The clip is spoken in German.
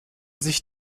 sich